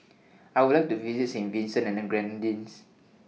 I Would like to visit Saint Vincent and The Grenadines